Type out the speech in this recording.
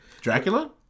Dracula